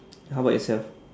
how about yourself